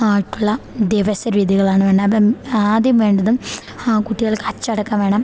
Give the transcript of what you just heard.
ആയിട്ടുള്ള വിദ്യാഭ്യാസ രീതികളാണ് വേണ്ടത് അപ്പം ആദ്യം വേണ്ടതും ആ കുട്ടികൾക്ക് അച്ചടക്കം വേണം